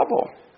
trouble